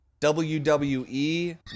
WWE